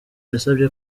yasabye